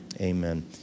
Amen